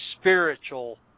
spiritual